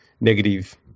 negative